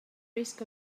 risk